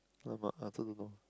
!alamak! I also don't know